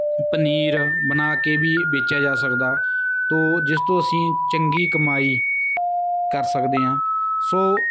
ਪਨੀਰ ਬਣਾ ਕੇ ਵੀ ਵੇਚਿਆ ਜਾ ਸਕਦਾ ਤੋ ਜਿਸ ਤੋਂ ਅਸੀਂ ਚੰਗੀ ਕਮਾਈ ਕਰ ਸਕਦੇ ਹਾਂ ਸੋ